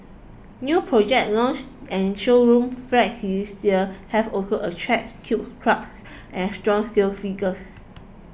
new project launch and showroom flats this year have also attracted huge crowds and strong sales figures